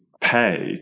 pay